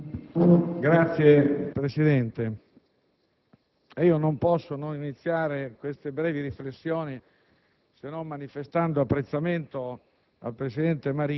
onorevoli colleghi, non posso non iniziare queste brevi riflessioni se non manifestando apprezzamento